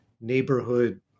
neighborhood